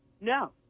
No